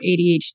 ADHD